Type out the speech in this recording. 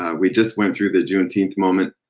ah we just went through the juneteenth moment.